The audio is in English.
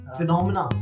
Phenomena